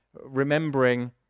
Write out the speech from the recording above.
remembering